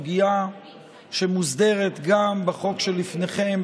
סוגיה שמוסדרת גם בחוק שלפניכם,